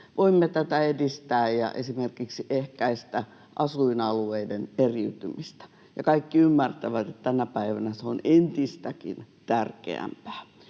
voimme tätä edistää ja esimerkiksi ehkäistä asuinalueiden eriytymistä. Kaikki ymmärtävät, että tänä päivänä se on entistäkin tärkeämpää.